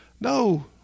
No